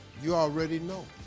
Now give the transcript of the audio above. you already know.